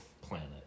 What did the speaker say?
planet